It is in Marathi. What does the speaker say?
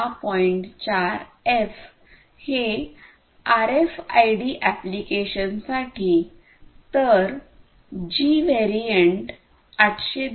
4 एफ हे आरएफआयडी एप्लिकेशन्स साठी तर जी व्हेरिएंट 802